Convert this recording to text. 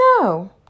No